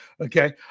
Okay